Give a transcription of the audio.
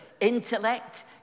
intellect